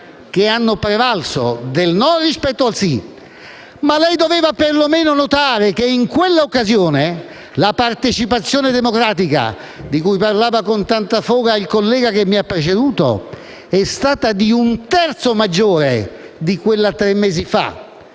che hanno prevalso, del no rispetto al sì. Ma lei doveva perlomeno notare che in quell'occasione la partecipazione democratica, di cui parlava con tanta foga il collega che mi ha preceduto, è stata di un terzo maggiore rispetto a quella di tre mesi fa,